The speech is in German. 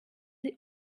sie